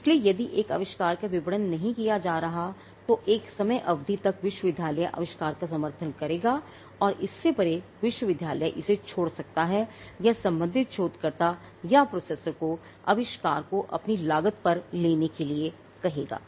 इसलिए यदि एक आविष्कार का विपणन नहीं किया गया है तो एक समय अवधि तक विश्वविद्यालय आविष्कार का समर्थन करेगा और इससे परे विश्वविद्यालय इसे छोड़ सकता है या यह संबंधित शोधकर्ता या प्रोसेसर को आविष्कार को अपनी लागत पर लेने के लिए कहेगा